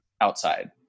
outside